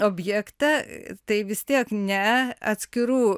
objektą tai vis tiek ne atskirų